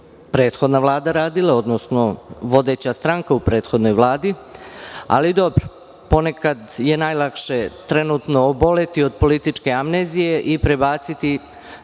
prethodna vlada radila, odnosno vodeća stranka u prethodnoj vladi, ali dobro. Ponekad je najlakše trenutno oboleti od političke amnezije i prebaciti